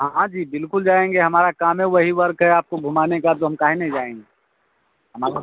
हाँ हाँ जी बिल्कुल जाएंगे हमारा काम है वही वर्क है आपको घूमाने का तो हम काहे नहीं जाएंगे हमारा